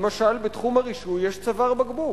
למשל בתחום הרישוי יש צוואר בקבוק,